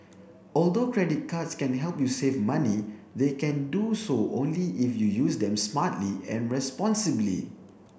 although credit cards can help you save money they can do so only if you use them smartly and responsibly